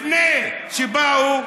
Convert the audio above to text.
לפני שבאו,